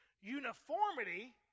Uniformity